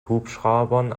hubschraubern